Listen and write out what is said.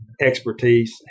expertise